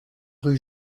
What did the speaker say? rue